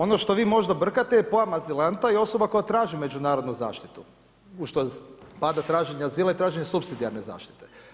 Ono što vi možda brkate je pojam azilanta i osoba koja traži međunarodnu zaštitu u što spada traženje azila i traženje supsidijarne zaštite.